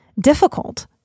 difficult